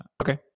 Okay